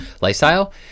lifestyle